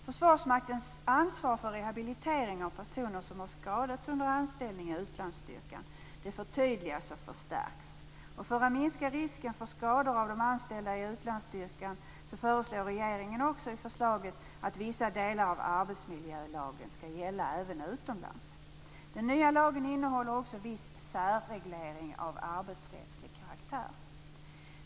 Försvarsmaktens ansvar för rehabilitering av personer som har skadats under anställning i utlandsstyrkan förtydligas och förstärks. För att minska risken för skador hos de anställda i utlandsstyrkan föreslår regeringen att vissa delar av arbetsmiljölagen skall gälla även utomlands. Den nya lagen innehåller också viss särreglering av arbetsrättslig karaktär.